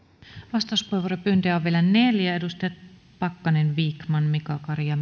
vastauspuheenvuoropyyntöjä on vielä neljä edustajat pakkanen vikman mika kari ja